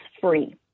free